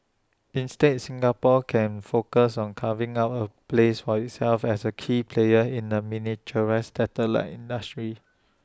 instead Singapore can focus on carving out A place for itself as A key player in the miniaturised satellite industry